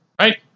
Right